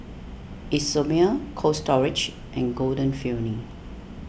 Isomil Cold Storage and Golden Peony